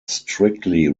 strictly